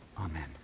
amen